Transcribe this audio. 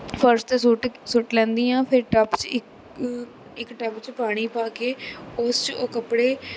ਫਰਸ਼ 'ਤੇ ਸੁੱਟ ਸੁੱਟ ਲੈਂਦੀ ਹਾਂ ਫੇਰ ਟੱਪ 'ਚ ਇੱਕ ਇੱਕ ਟੱਬ 'ਚ ਪਾਣੀ ਪਾ ਕੇ ਉਸ 'ਚ ਉਹ ਕੱਪੜੇ